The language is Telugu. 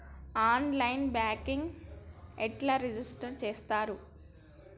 ఆన్ లైన్ బ్యాంకింగ్ ఎట్లా రిజిష్టర్ చేత్తరు?